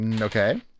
Okay